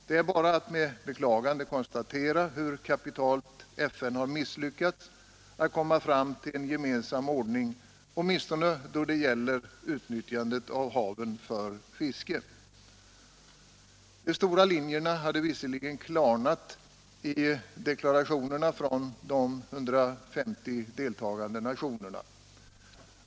Det är bara att med beklagande konstatera hur kapitalt FN har misslyckats med att komma fram till en gemensam ordning, åtminstone då det gäller utnyttjandet av haven för fiske. De stora linjerna har visserligen klarnat i deklarationerna från de ca 150 deltagande nationerna.